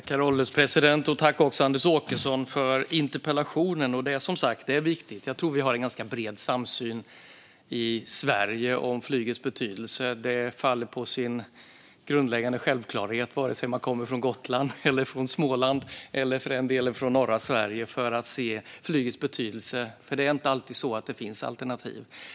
Herr ålderspresident! Jag tackar Anders Åkesson för interpellationen. Detta är som sagt viktigt. Jag tror att vi har en ganska bred samsyn i Sverige om flygets betydelse. Vare sig man kommer från Gotland, från Småland eller för den delen från norra Sverige är det en grundläggande självklarhet att se flygets betydelse, för det är inte alltid så att det finns alternativ.